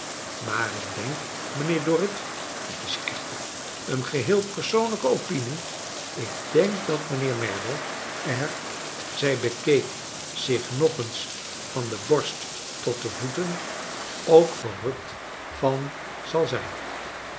maar ik denk mijnheer dorrit dit is echter een geheel persoonlijke opinie ik denk dat mijnheer merdle er zij bekeek zich eens van de borst tot de voeten ook verrukt van zal zijn